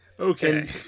Okay